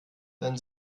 dann